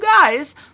guys